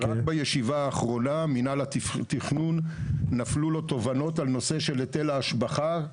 רק בישיבה האחרונה נפלו למינהל התכנון תובנות על נושא של היטל ההשבחה,